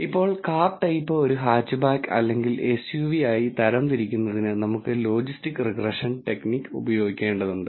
ഇപ്പോൾ car type ഒരു hatchback അല്ലെങ്കിൽ എസ്യുവി ആയി തരംതിരിക്കുന്നതിന് നമുക്ക് ലോജിസ്റ്റിക് റിഗ്രഷൻ ടെക്നിക് ഉപയോഗിക്കേണ്ടതുണ്ട്